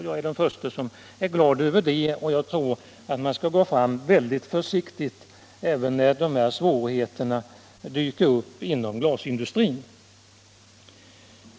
Jag är den förste att vara glad över det, och jag anser att man bör gå fram mycket försiktigt även när svårigheter dyker upp inom glasindustrin.